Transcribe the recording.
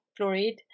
fluoride